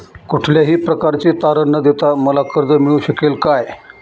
कुठल्याही प्रकारचे तारण न देता मला कर्ज मिळू शकेल काय?